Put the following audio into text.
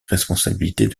responsabilités